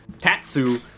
Tatsu